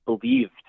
believed